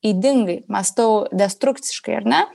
ydingai mąstau destrukciškai ar ne